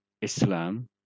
islam